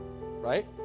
Right